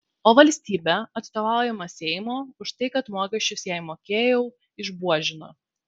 o valstybė atstovaujama seimo už tai kad mokesčius jai mokėjau išbuožino